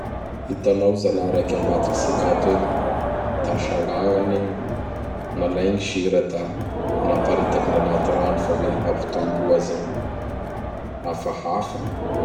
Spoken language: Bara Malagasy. Itanao zalahy raiky ambadikitsika ato igny. Da sagnagna anigny. Nalainy gny da naparitakiny anaty rano fa hoe hampitomboa zao. Hafahafa!